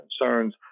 concerns